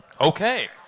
Okay